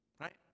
right